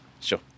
sure